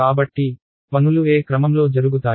కాబట్టి పనులు ఏ క్రమంలో జరుగుతాయి